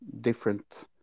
different